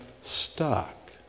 stuck